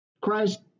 Christ